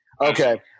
Okay